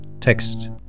text